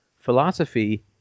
Philosophy